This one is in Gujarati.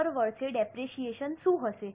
દર વર્ષે ડેપરેશીયેશન શું હશે